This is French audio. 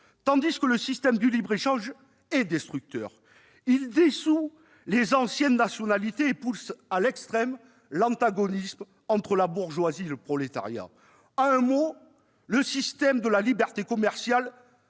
tandis que le système du libre-échange est destructeur. Il dissout les anciennes nationalités et pousse à l'extrême l'antagonisme entre la bourgeoisie et le prolétariat. En un mot, le système de la liberté commerciale